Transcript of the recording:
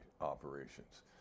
operations